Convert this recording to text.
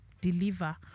deliver